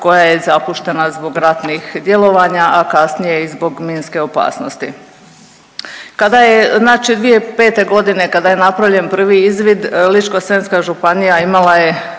koja je zapuštena zbog ratnih djelovanja, a kasnije i zbog minske opasnosti. Kada je, znači 2005. godine kada je napravljen prvi izvid Ličko-senjska županija imala je